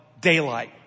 daylight